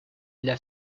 для